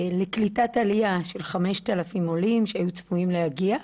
לקליטת עלייה של 5,000 עולים שהיו צפויים להגיע,